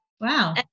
Wow